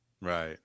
Right